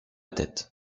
tête